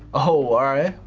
oh, alright.